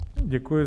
Děkuji.